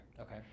Okay